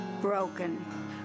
broken